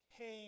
Came